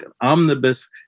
omnibus